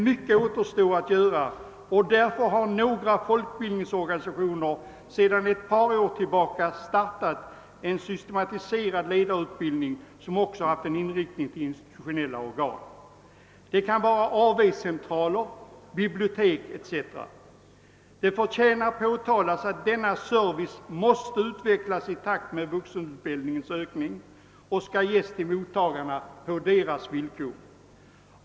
Mycket återstår dock att göra, och därför har några folkbildningsorganisationer sedan ett par år tillbaka startat en systematiserad ledarutbildning, som också inriktats på institutionella organ — AV centraler, bibliotek etc. Det förtjänar påpekas att denna service måste utvecklas i takt med vuxenutbildningens ökning och ges mottagarna på deras villkor.